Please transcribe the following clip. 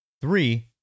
Three